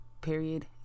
period